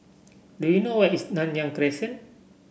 do you know where is Nanyang Crescent